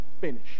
finish